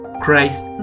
Christ